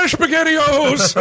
spaghettiOs